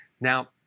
Now